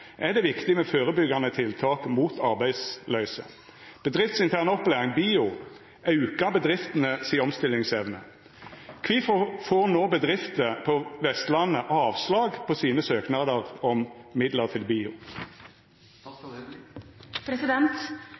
er det viktig med førebyggjande tiltak mot arbeidsløyse. Bedriftsintern opplæring, BIO, aukar bedriftene si omstillingsevne. Kvifor får nå bedrifter på Vestlandet avslag på sine søknadar om midlar til BIO?»